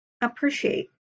appreciate